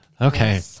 Okay